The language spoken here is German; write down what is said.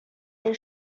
ist